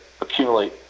accumulate